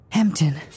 Hampton